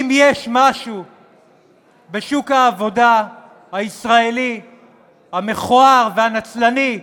אם יש משהו בשוק העבודה הישראלי המכוער והנצלני,